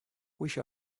wish